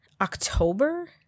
October